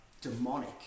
demonic